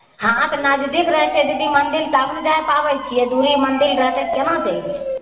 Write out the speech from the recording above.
हॅं तऽ नजदीक रहै छै दिदी मंदिर तब ने जाय पाबै छियै दूरी मंदिर रहतै तऽ केना जेबै